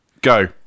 Go